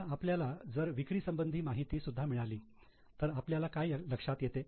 आता आपल्याला जर विक्री संबंधी माहिती सुद्धा मिळाली तर आपल्याला काय लक्षात येते